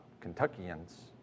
Kentuckians